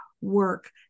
work